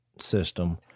system